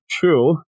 two